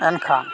ᱮᱱᱠᱷᱟᱱ